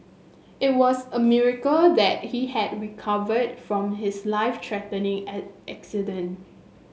it was a miracle that he had recovered from his life threatening at accident